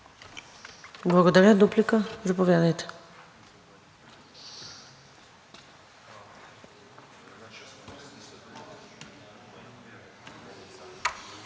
Благодаря. Дуплика? Заповядайте.